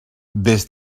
des